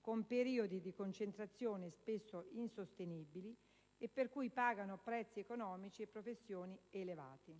con periodi di concentrazione spesso insostenibili e per cui pagano prezzi economici e professionali elevati.